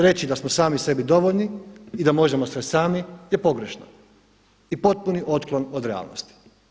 Reći da smo sami sebi dovoljni i da možemo sve sami je pogrešno i potpuni otklon od realnosti.